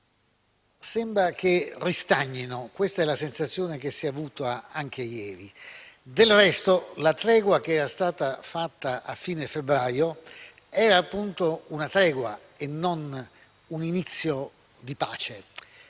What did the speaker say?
Ginevra ristagnino, e questa è la sensazione che si è avuta anche ieri. Del resto, la tregua fatta a fine febbraio era, appunto, una tregua e non un inizio di pace,